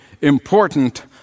important